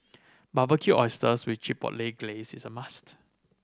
Barbecued Oysters with Chipotle Glaze is a must try